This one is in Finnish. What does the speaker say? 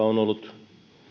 ollut